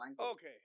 okay